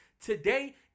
Today